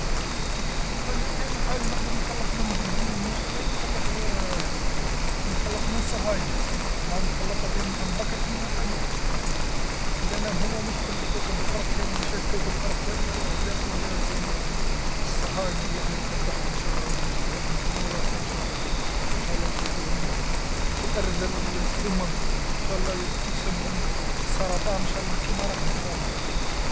لوكان جات كاينا حاجه نقدر نتخلص منها في دنيا مشكله، نتخلص من الصهاينه أه نتخلص عليهم عن بكرة على أبيها، حلالها هم مشكل كوكب الأرض كامل المشاكل كوكب الأرض كامل داخلين فيها ذول لصهاينه الله لا تربحهم إنشاء الله ربي يجيبهالهم دنيا و آخره انشاء الله، إنشاء الله نشوفوهم أرذل الأمم، إنشاء الله يسبهم السرطان إنشاء الله كيما راهم إنشاء الله يا ربي.